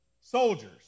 soldiers